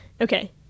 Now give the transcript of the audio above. Okay